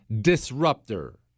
disruptor